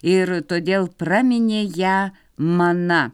ir todėl praminė ją mana